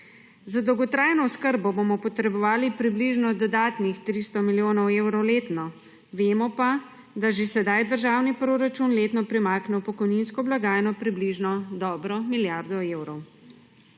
Za dolgotrajno oskrbo bomo potrebovali približno dodatnih 300 milijonov evrov letno, vemo pa, da že sedaj državni proračun letno primakne v pokojninsko blagajno približno dobro milijardo evrov.